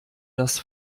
das